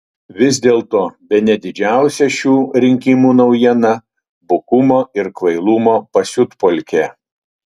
vis dėlto bene didžiausia šių rinkimų naujiena bukumo ir kvailumo pasiutpolkė